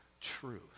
truth